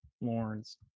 Lawrence